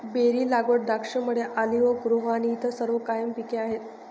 berry लागवड, द्राक्षमळे, olive grove आणि इतर सर्व कायम पिके आहेत